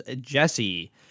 Jesse